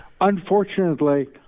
Unfortunately